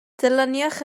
dilynwch